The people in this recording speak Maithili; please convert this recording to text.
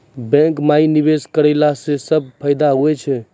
बैंको माई निवेश कराला से की सब फ़ायदा हो छै?